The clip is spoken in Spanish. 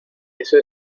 eso